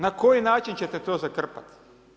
Na koji način ćete to zakrpati?